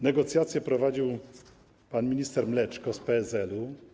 Negocjacje prowadził pan minister Mleczko z PSL-u.